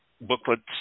booklets